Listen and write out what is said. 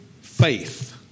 faith